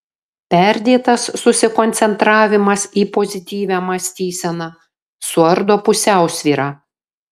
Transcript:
perdėtas susikoncentravimas į pozityvią mąstyseną suardo pusiausvyrą